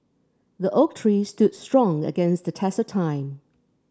the oak tree stood strong against the test of time